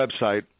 website